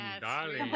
darling